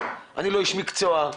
אני לא איש מקצוע,